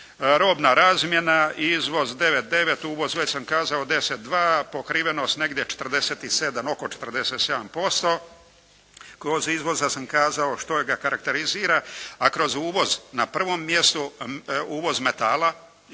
Robna razmjena, izvoz 9,9, uvoz već sam kazao 10,2, pokrivenost negdje 47, oko 47%. Kod izvoza sam kazao što ga karekterizira, a kroz uvoz na prvom mjestu uvoz metala